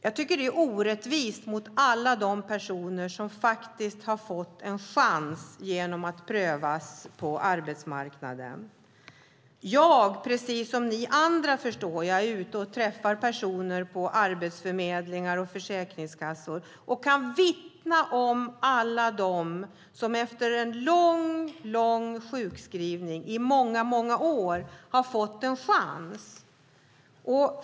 Jag tycker att det är orättvist mot alla de personer som har fått en chans genom att prövas på arbetsmarknaden. Jag, precis som ni andra, är ute och träffar personer på arbetsförmedlingar och försäkringskassor och kan vittna om alla dem som har fått en chans efter att ha varit sjukskrivna i många år.